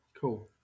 Cool